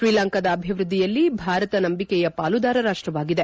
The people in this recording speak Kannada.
ಶ್ರೀಲಂಕಾದ ಅಭಿವೃದ್ಧಿಯಲ್ಲಿ ಭಾರತ ನಂಬಿಕೆಯ ಪಾಲುದಾರ ರಾಷ್ಟವಾಗಿದೆ